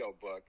book